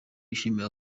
yishimiye